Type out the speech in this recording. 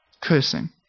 Cursing